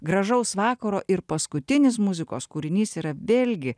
gražaus vakaro ir paskutinis muzikos kūrinys yra vėlgi